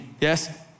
Yes